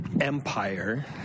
empire